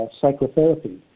psychotherapy